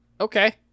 Okay